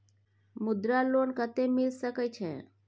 मुद्रा लोन कत्ते मिल सके छै?